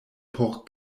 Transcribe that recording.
por